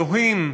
אלוהים,